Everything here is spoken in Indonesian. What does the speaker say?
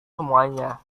semuanya